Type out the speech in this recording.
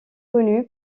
connu